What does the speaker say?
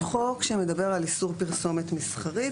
יש חוק שמדבר על איסור פרסומת מסחרית,